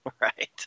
Right